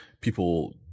people